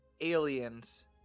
aliens